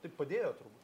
tai padėjo turbūt